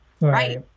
Right